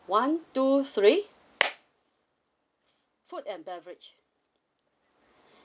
one two three food and beverage